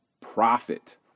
profit